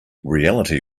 reality